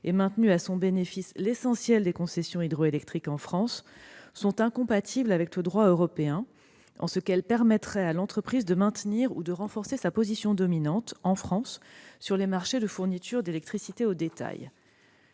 et maintenu à son bénéfice l'essentiel des concessions hydroélectriques en France sont incompatibles avec le droit européen en ce qu'elles permettraient à l'entreprise de maintenir ou de renforcer sa position dominante en France sur les marchés de fourniture d'électricité au détail.